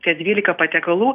tie dvylika patiekalų